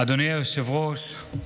אדוני היושב-ראש,